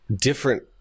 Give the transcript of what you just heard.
different